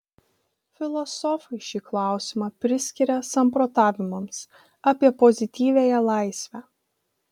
filosofai šį klausimą priskiria samprotavimams apie pozityviąją laisvę